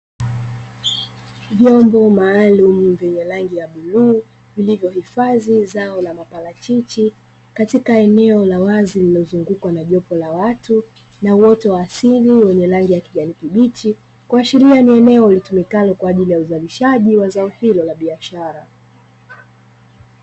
Vyombo maalumu vyenye rangi ya bluu, vilivyohifadhi zao la maparachichi katika eneo la wazi lililozungukwa na jopo la watu na uoto wa asili wenye rangi ya kijani kibichi. Kuashiria ni eneo linalotumika kwa ajili ya uzalishaji wa zao hilo la biashara.